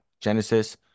Genesis